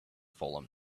fallen